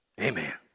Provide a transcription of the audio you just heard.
Amen